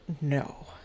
No